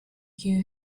you